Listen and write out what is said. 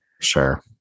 Sure